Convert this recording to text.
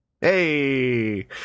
Hey